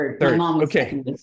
okay